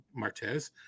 Martez